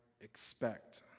expect